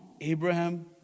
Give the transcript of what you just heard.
Abraham